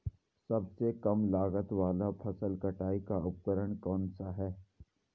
सबसे कम लागत वाला फसल कटाई का उपकरण कौन सा है?